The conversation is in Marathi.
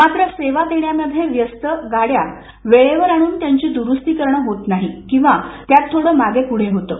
मात्र सेवा देण्यामध्ये व्यस्त गाड्या वेळेवर आणून त्यांची दुरुस्ती करणं होत नाही किंवा त्यात थोडं मागे पुढे होतं